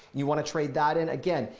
you want to trade that in again,